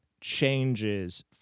changes